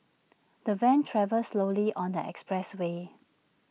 the van travelled slowly on the expressway